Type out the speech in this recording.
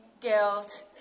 guilt